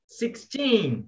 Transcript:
sixteen